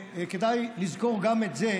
כדאי לזכור גם את זה,